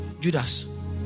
Judas